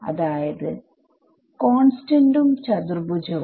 അതായത് കോൺസ്റ്റന്റും ചതുർഭുജവും